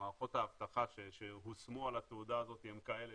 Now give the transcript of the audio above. מערכות האבטחה שהושמו על התעודה הזאת הן כאלה